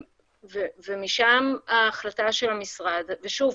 ומשם ההחלטה של המשרד ושוב,